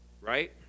Right